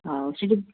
ହଉ ସେ ଯେଉଁ